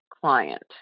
client